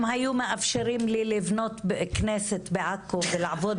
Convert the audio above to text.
אם היו מאפשרים לי לבנות כנסת בעכו ולעבוד